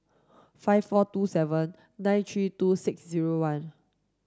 five four two seven nine three two six zero one